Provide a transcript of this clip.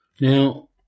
Now